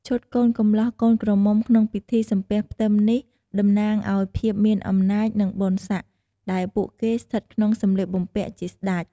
ឈុតកូនកំលោះ កូនក្រមុំ ក្នុងពិធីសំពះផ្ទឹមនេះតំណាងឲ្យភាពមានអំណាច និងបុណ្យស័ក្កិ ដែលពួកគេស្ថិតក្នុងសម្លៀកបំពាក់ជាស្តេច។